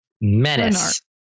Menace